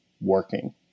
working